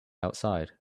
outside